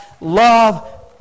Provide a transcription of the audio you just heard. love